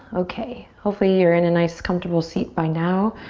okay, hopefully you're in a nice, comfortable seat by now.